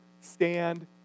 stand